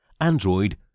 Android